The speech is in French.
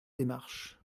démarches